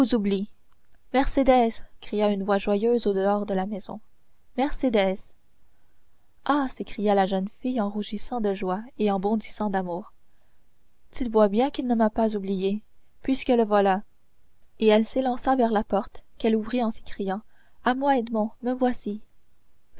oublie mercédès cria une voix joyeuse au-dehors de la maison mercédès ah s'écria la jeune fille en rougissant de joie et en bondissant d'amour tu vois bien qu'il ne m'a pas oubliée puisque le voilà et elle s'élança vers la porte qu'elle ouvrit en s'écriant à moi edmond me voici